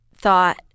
thought